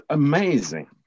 amazing